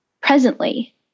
presently